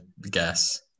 guess